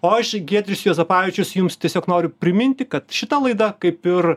o aš giedrius juozapavičius jums tiesiog noriu priminti kad šita laida kaip ir